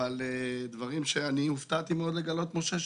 דברים שהופתעתי לגלות משה,